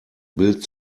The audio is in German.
bild